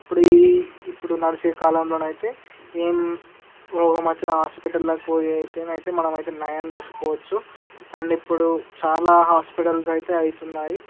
ఇప్పుడు ఈ ఇప్పుడు నడిచే కాలంలో నైతే ఏం రోగం వచ్చినా హాస్పిటల్కి పోయి అయితే మనమైతే నయం చేసుకోవచ్చు అండ్ ఇప్పుడు చాలా హాస్పిటల్స్ అయితే అవుతున్నాయి